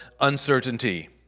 Uncertainty